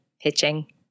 pitching